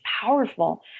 powerful